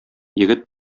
егет